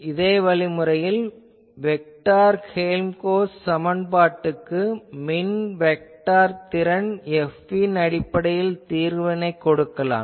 இதே வழிமுறையில் vector Helmholtz சமன்பாட்டுக்கு மின் வெக்டார் திறன் F ன் அடிப்படையில் தீர்வினைக் கொடுக்கலாம்